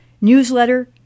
newsletter